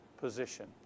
position